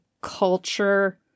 culture